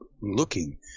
looking